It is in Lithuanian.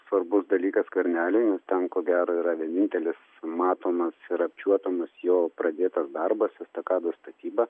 svarbus dalykas skverneliui nes ten ko gero yra vienintelis matomas ir apčiuopiamas jo pradėtas darbas estakados statyba